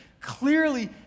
clearly